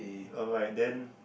oh right then